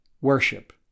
worship